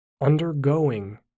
undergoing